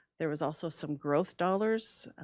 there was also some growth dollars.